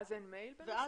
ואז אין מייל בנוסף?